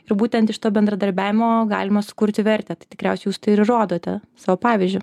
ir būtent iš to bendradarbiavimo galima sukurti vertę tai tikriausiai jūs tai ir rodote savo pavyzdžiu